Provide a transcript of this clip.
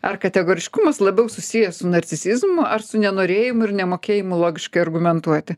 ar kategoriškumas labiau susijęs su narcisizmu ar su nenorėjimu ir nemokėjimo logiškai argumentuoti